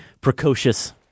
precocious